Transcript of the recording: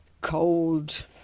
cold